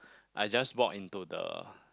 I just walk into the